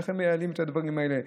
איך הם מייעלים את הדברים האלה.